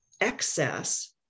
excess